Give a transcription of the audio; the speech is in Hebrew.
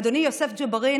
אדוני יוסף ג'בארין,